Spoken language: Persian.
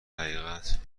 حقیقت